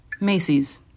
Macy's